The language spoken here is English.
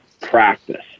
practice